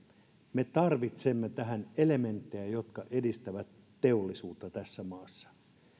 me tarvitsemme tähän elementtejä jotka edistävät teollisuutta tässä maassa